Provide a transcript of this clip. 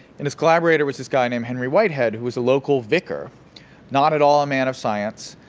and this collaborator was this guy named henry whitehead, who was a local vicar not at all a man of science.